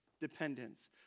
dependence